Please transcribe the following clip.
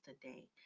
today